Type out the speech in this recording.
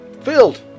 filled